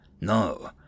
No